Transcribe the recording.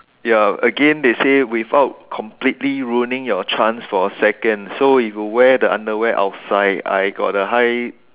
ya again they say without completely ruining your chance for a second so if you wear the underwear outside I got a high